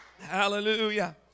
Hallelujah